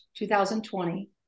2020